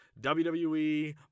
WWE